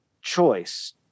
choice